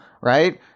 right